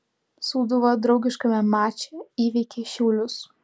sūduva draugiškame mače įveikė šiaulius